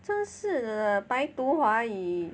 真是的白读华语